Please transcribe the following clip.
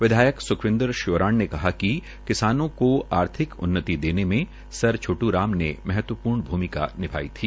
विधायक सुखबिद्ग श्योरण ने कहा कि किसान को आर्थिक उन्नति देने में सर छोटू राम महत्वपूर्ण भूमिका निभाई थी